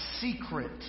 secret